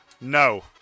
no